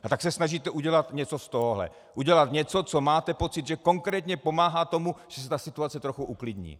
A tak se snažíte udělat něco z tohohle, udělat něco, co máte pocit, že konkrétně pomáhá tomu, že se situace trochu uklidní.